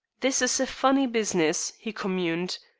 this is a funny business, he communed.